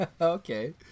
Okay